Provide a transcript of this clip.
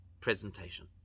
presentation